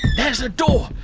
there's a door.